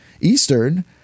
eastern